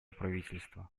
правительства